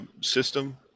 system